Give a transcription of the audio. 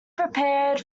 prepared